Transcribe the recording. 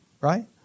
Right